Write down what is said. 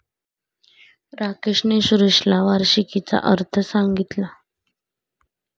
राकेशने सुरेशला वार्षिकीचा अर्थ सांगितला